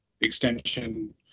extension